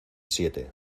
siete